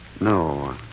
No